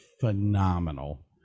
phenomenal